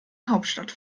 hauptstadt